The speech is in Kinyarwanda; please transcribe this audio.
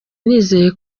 nizeye